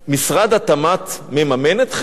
משרד התמ"ת מממן אתכם?